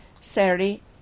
Saturday